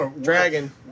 Dragon